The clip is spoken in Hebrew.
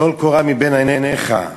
טול קורה מבין עיניך.